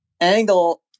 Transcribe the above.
angle